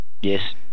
Yes